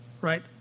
right